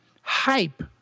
hype